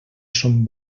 són